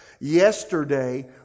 Yesterday